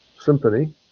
symphony